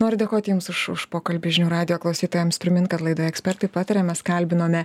noriu dėkoti jums už už pokalbį žinių radijo klausytojams primint kad laidoje ekspertai pataria mes kalbinome